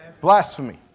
blasphemy